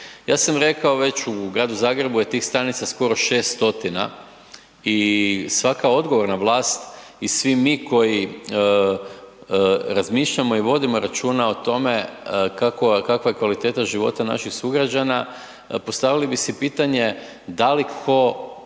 Ja sam rekao već u Gradu Zagrebu je tih stanica skoro 600 i svaka odgovorna vlast i svi mi koji razmišljamo i vodimo računa o tome kakva je kvaliteta života naših sugrađana postavili bi si pitanje da li tko,